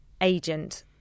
agent